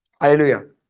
Hallelujah